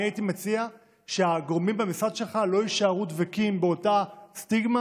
אני הייתי מציע שהגורמים במשרד שלך לא יישארו דבקים באותה סטיגמה